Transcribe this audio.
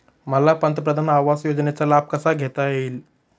मला पंतप्रधान आवास योजनेचा लाभ कसा घेता येईल?